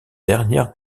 dernière